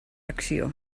acció